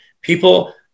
People